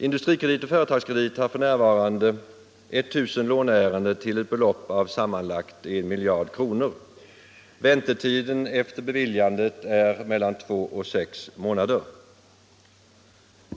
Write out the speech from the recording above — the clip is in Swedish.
Industrikredit och Företagskredit har f.n. 1000 låneärenden till ett belopp av sammanlagt 1 miljard kronor. Väntetiden efter beviljandet är mellan två och sex månader.